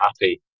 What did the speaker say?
happy